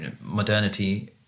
Modernity